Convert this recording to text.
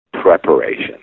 preparation